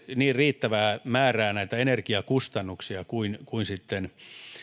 niin riittävää määrää energiakustannuksia kuin kuin sitten